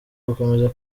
gukomeza